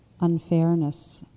unfairness